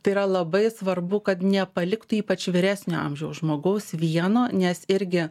tai yra labai svarbu kad nepalikt ypač vyresnio amžiaus žmogaus vieno nes irgi